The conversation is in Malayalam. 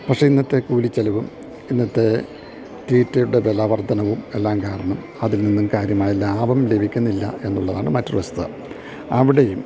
പക്ഷേ ഇന്നത്തെ കൂലിച്ചെലവും ഇന്നത്തെ തീറ്റയുടെ ണ് വിലവർദ്ധനവും എല്ലാ കാരണം അതിൽ നിന്നും കാര്യമായ ലാഭം ലഭിക്കുന്നില്ല എന്നുള്ളതാണ് മറ്റൊരു വസ്തുതാ അവിടെയും